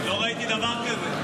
לא ראיתי דבר כזה.